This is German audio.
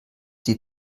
die